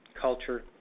culture